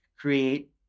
create